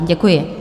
Děkuji.